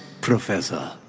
Professor